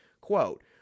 Quote